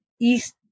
east